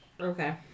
Okay